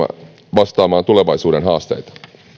vastaamaan tulevaisuuden haasteita